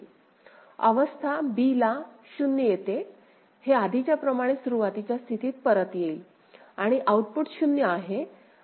अवस्था b ला 0 येते हे आधीच्या प्रमाणे सुरुवातीच्या स्थितीत परत येईल आणि आउटपुट 0 आहे